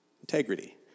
Integrity